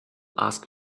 ask